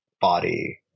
body